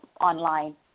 online